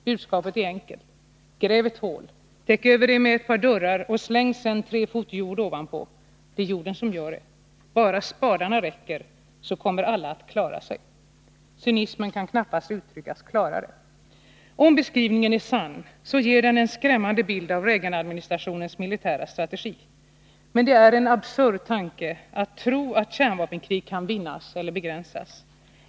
Budskapet är enkelt: ”Gräv ett hål, täck över det med ett par dörrar och släng sedan tre fot jord ovanpå —-—--. Det är jorden som gör'et -—--. Bara spadarna räcker så kommer alla att klara sig.” Cynismen kan knappast uttryckas klarare. Om beskrivningen är sann ger den en skrämmande bild av Reaganadministrationens militära strategi. Men det är absurt att tro att kärnvapenkrig kan vinnas eller begränsas.